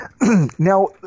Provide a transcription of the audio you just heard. Now